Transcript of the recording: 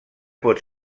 pot